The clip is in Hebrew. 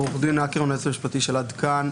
עורך הדין אקרמן, היועץ המשפטי של 'עד כאן'.